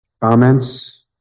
Comments